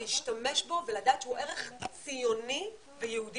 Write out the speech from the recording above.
להשתמש בו ולדעת שהוא ערך ציוני ויהודי,